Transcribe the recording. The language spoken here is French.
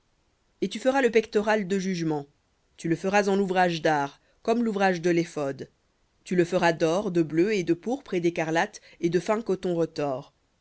et tu feras le pectoral de jugement tu le feras en ouvrage d'art comme l'ouvrage de l'éphod tu le feras d'or de bleu et de pourpre et d'écarlate et de fin coton retors